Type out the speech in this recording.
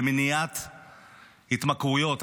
במניעת התמכרויות,